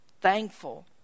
thankful